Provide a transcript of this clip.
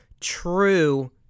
true